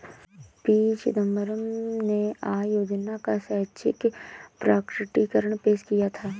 P Chidambaram ने आय योजना का स्वैच्छिक प्रकटीकरण पेश किया था